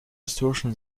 historischer